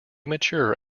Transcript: mature